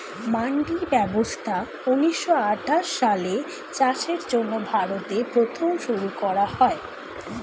মান্ডি ব্যবস্থা ঊন্নিশো আঠাশ সালে চাষের জন্য ভারতে প্রথম শুরু করা হয়